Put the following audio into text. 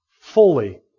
fully